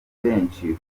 benshi